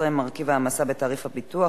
19) (מרכיב ההעמסה בתעריף הביטוח),